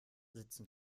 sitzen